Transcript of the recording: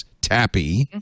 Tappy